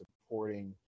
supporting